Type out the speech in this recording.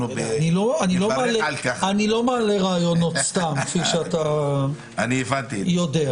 אני לא מעלה רעיונות סתם, כפי שאתה יודע.